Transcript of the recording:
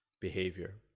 behavior